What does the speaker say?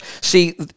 See